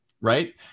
Right